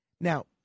Now